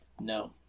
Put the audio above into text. No